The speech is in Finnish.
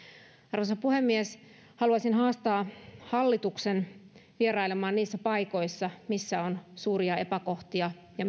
arvoisa puhemies haluaisin haastaa hallituksen vierailemaan niissä paikoissa missä on suuria epäkohtia ja